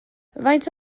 faint